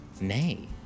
Nay